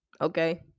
Okay